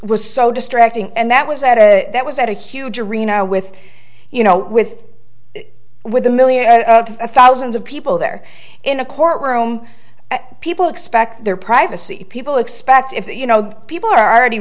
was so distracting and that was at that was at a huge arena with you know with with a million thousands of people there in a courtroom and people expect their privacy people expect if you know people are already